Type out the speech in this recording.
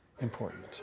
important